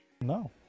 No